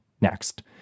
next